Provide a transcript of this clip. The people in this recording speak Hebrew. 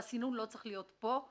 והסינון לא צריך לקרות פה.